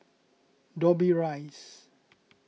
Dobbie Rise